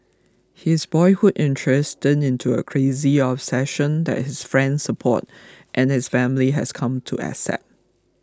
his boyhood interest turned into a crazy obsession that his friends support and his family has come to accept